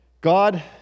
God